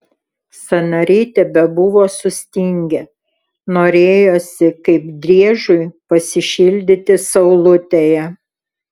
sąnariai tebebuvo sustingę norėjosi kaip driežui pasišildyti saulutėje